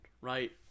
right